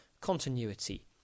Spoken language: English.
continuity